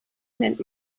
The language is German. nennt